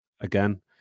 again